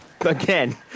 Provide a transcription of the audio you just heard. Again